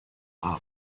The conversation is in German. arme